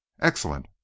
excellent